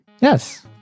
yes